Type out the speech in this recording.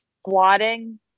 squatting